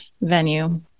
venue